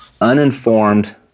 uninformed